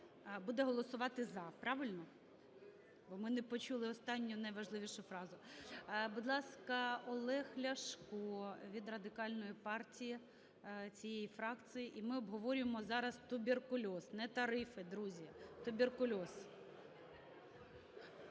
Буде голосувати "за". Правильно? Бо ми не почули останню, найважливішу фразу. Будь ласка, Олег Ляшко від Радикальної партії цієї фракцій. І ми обговорюємо зараз туберкульоз, не тарифи, друзі, туберкульоз.